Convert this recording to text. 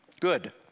Good